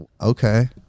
okay